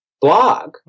blog